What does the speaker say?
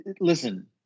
Listen